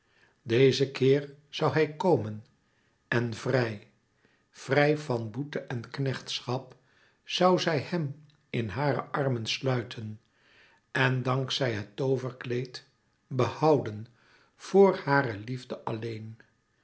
dezen keer zoû hij komen en vrij vrij van boete en knechtschap zoû zij hem in hare armen sluiten en dank zij het tooverkleed behouden voor hàre liefde alleen